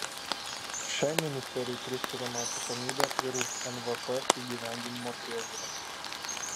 šiai ministerijai priskiriama atsakomybė ir už nvp įgyvendinimo priežiūrą